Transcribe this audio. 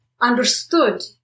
understood